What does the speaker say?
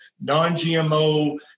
non-GMO